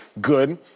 good